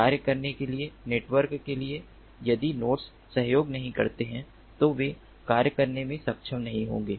कार्य करने के लिए नेटवर्क के लिए यदि नोड्स सहयोग नहीं करते हैं तो वे कार्य करने में सक्षम नहीं होंगे